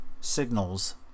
signals